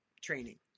training